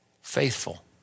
faithful